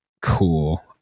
Cool